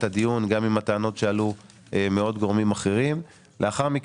הדיון גם לגבי הטענות שעלו על ידי גורמים אחרים נוספים.